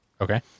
Okay